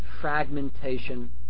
fragmentation